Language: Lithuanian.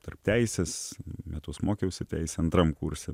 tarp teisės metus mokiausi teisę antram kurse